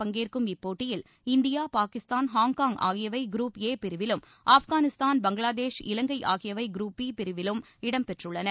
பங்கேற்கும் இப்போட்டியில் India Pakistan Hong Kong ஆகியவை நாடுகள் ஆற குருப் ஏ பிரிவிலும் ஆப்கானிஸ்தான் பங்களாதேஷ் இலங்கை ஆகியவை குருப் பி பிரிவிலும் இடம்பெற்றுள்ளன